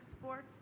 sports